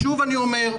שוב אני אומר,